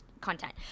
content